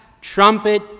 trumpet